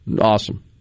Awesome